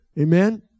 Amen